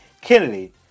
kennedy